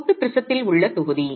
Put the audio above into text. கொத்து ப்ரிஸத்தில் உள்ள தொகுதி